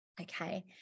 Okay